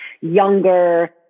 younger